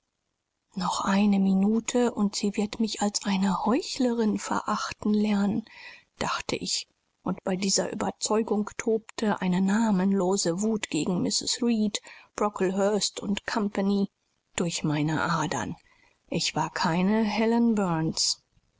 noch eine minute und sie wird mich als eine heuchlerin verachten lernen dachte ich und bei dieser überzeugung tobte eine namenlose wut gegen mrs reed brocklehurst und compagnie durch meine adern ich war keine